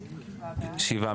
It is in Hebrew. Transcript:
שבעה.